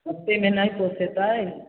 ओतेकके नहि पोसेतै